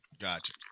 Gotcha